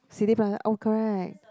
City Plaza oh correct